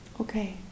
Okay